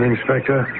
Inspector